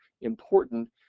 important